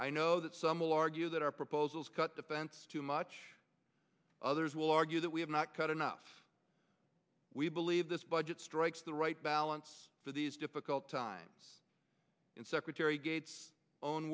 i know that some will argue that our proposals cut defense too much others will argue that we have not cut enough we believe this budget strikes the right balance for these difficult times and secretary gates own